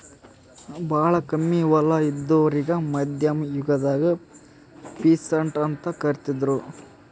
ಭಾಳ್ ಕಮ್ಮಿ ಹೊಲ ಇದ್ದೋರಿಗಾ ಮಧ್ಯಮ್ ಯುಗದಾಗ್ ಪೀಸಂಟ್ ಅಂತ್ ಕರಿತಿದ್ರು